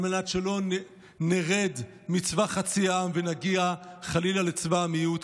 על מנת שלא נרד מצבא חצי העם ונגיע חלילה לצבא המיעוט,